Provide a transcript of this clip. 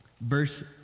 verse